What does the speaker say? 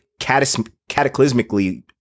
cataclysmically